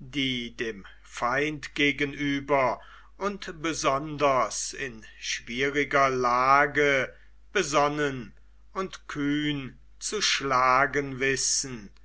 die dem feind gegenüber und besonders in schwieriger lage besonnen und kühn zu schlagen wissen